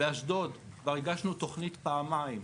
באשדוד כבר הגשנו תכנית פעמיים.